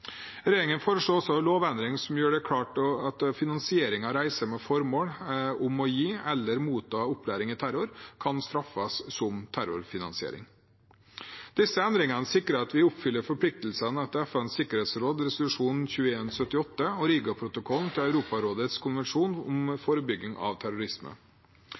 Regjeringen foreslår også en lovendring som gjør det klart at finansiering av reiser med formål om å gi eller motta opplæring i terror, kan straffes som terrorfinansiering. Disse endringene sikrer at vi oppfyller forpliktelsene etter FNs sikkerhetsråds resolusjon 2178 og Rigaprotokollen fra Europarådets konvensjon om forebygging av terrorisme.